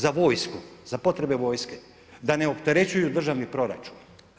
Za vojsku, za potrebe vojske da ne opterećuju državni proračun.